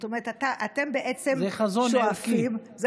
זה חזון ערכי.